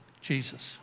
Jesus